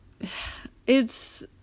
it's-